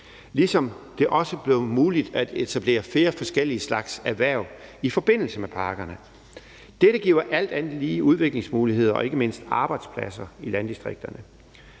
ligesom det også blev muligt at etablere flere forskellige slags erhverv i forbindelse med parkerne. Dette giver alt andet lige udviklingsmuligheder og ikke mindst arbejdspladser i landdistrikterne.